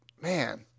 man